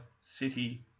City